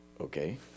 okay